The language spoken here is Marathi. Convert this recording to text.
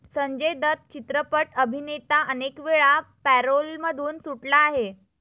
संजय दत्त चित्रपट अभिनेता अनेकवेळा पॅरोलमधून सुटला आहे